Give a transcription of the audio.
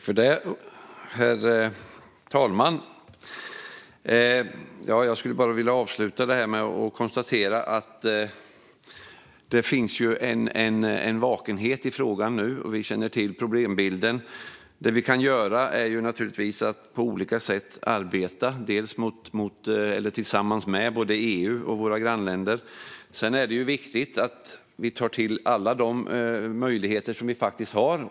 Herr talman! Jag vill avsluta detta med att konstatera att det nu finns en vakenhet i frågan och att vi känner till problembilden. Det vi kan göra är naturligtvis att på olika sätt arbeta tillsammans med både EU och våra grannländer. Sedan är det viktigt att vi tar till alla möjligheter vi faktiskt har.